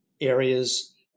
areas